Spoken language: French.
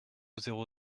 zéro